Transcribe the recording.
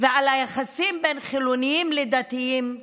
על היחסים בין חילונים לדתיים,